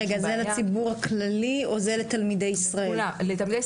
זה לציבור הכללי או זה לתלמידי ישראל?